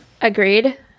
Agreed